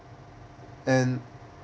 and